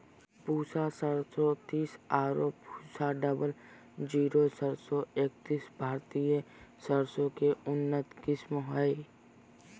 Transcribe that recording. पूसा सरसों तीस आरो पूसा डबल जीरो सरसों एकतीस भारतीय सरसों के उन्नत किस्म हय